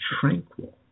tranquil